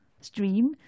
stream